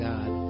God